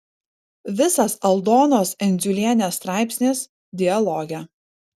visas aldonos endziulienės straipsnis dialoge